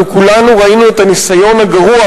אנחנו כולנו ראינו את הניסיון הגרוע